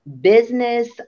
business